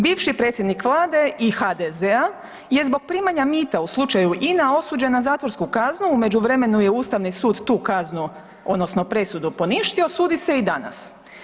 Bivši predsjednik vlade i HDZ-a je zbog primanja mita u slučaju INA osuđen na zatvorsku kaznu u međuvremenu je Ustavni sud tu kaznu odnosno presudu poništio, sudi se i danas.